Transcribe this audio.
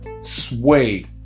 sway